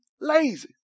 lazy